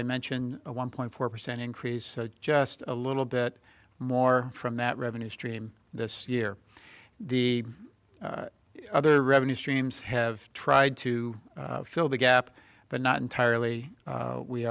i mentioned a one point four percent increase just a little bit more from that revenue stream this year the other revenue streams have tried to fill the gap but not entirely